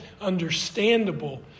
understandable